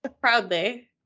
Proudly